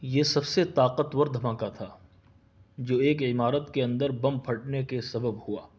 یہ سب سے طاقتور دھماکہ تھا جو ایک عمارت کے اندر بم پھٹنے کے سبب ہوا